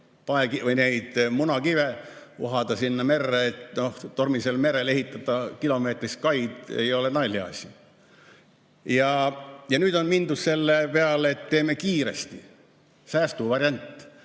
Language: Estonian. Neid munakive uhada sinna merre, no tormisel merel ehitada kilomeetrist kaid ei ole naljaasi. Ja nüüd on mindud selle peale, et teeme kiiresti. Säästuvariant.